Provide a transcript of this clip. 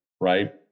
right